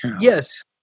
yes